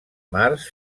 març